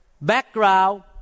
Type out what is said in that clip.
background